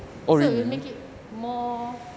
so it will make it more